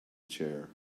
chair